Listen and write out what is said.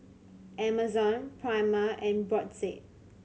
Amazon Prima and Brotzeit